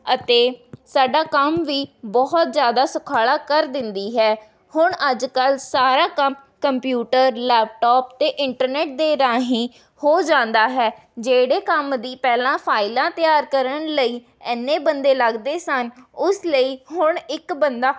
ਅਤੇ ਸਾਡਾ ਕੰਮ ਵੀ ਬਹੁਤ ਜ਼ਿਆਦਾ ਸੁਖਾਲਾ ਕਰ ਦਿੰਦੀ ਹੈ ਹੁਣ ਅੱਜ ਕੱਲ੍ਹ ਸਾਰਾ ਕੰਮ ਕੰਪਿਊਟਰ ਲੈਪਟਾਪ ਅਤੇ ਇੰਟਰਨੈੱਟ ਦੇ ਰਾਹੀਂ ਹੋ ਜਾਂਦਾ ਹੈ ਜਿਹੜੇ ਕੰਮ ਦੀ ਪਹਿਲਾਂ ਫਾਈਲਾਂ ਤਿਆਰ ਕਰਨ ਲਈ ਇੰਨੇ ਬੰਦੇ ਲੱਗਦੇ ਸਨ ਉਸ ਲਈ ਹੁਣ ਇੱਕ ਬੰਦਾ